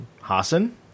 Hassan